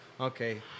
okay